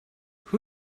who